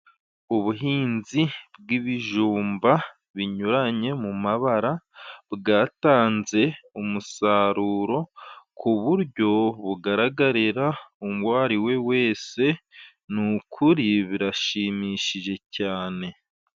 Ubuhinzi bw'ibijumba binyuranye mumabara, bwatanze umusaruro ku buryo bugaragarira uwari we wese ni ukuri birashimishije cyane.